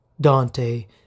Dante